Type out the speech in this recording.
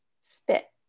spit